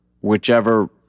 whichever